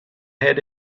had